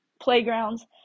playgrounds